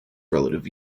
relative